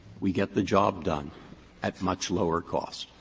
we get the job done at much lower cost.